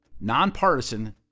nonpartisan